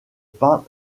pas